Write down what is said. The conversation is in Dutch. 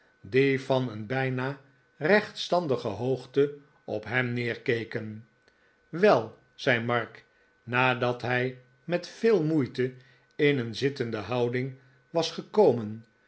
die van een bijna rechtstandige hoogte op hem neerkeken wel zei mark nadat hij met veel moeite in een zittende houding was gekomen